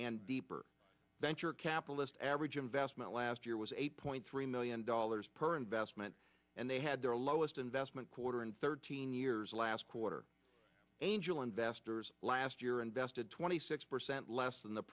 and deeper venture capitalist average investment last year was eight point three million dollars per investment and they had their lowest investment quarter and thirteen years last quarter angel investors last year invested twenty six percent less than the